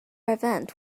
event